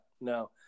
no